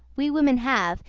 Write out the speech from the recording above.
we women have,